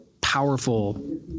powerful